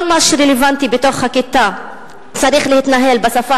כל מה שרלוונטי בתוך הכיתה צריך להתנהל בשפה